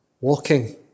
walking